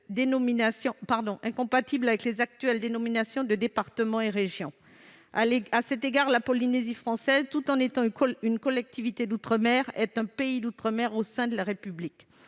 incompatible avec les actuelles dénominations de départements et de régions. À cet égard, la Polynésie française, tout en étant une collectivité d'outre-mer, est un pays d'outre-mer au sein de la République.